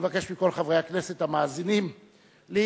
אני מבקש מכל חברי הכנסת המאזינים להתכנס